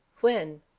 When